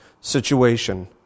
situation